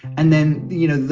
and then, you know,